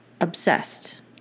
obsessed